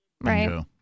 Right